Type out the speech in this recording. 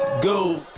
go